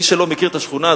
מי שלא מכיר את השכונה,